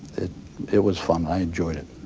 it it was fun. i enjoyed it.